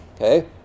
Okay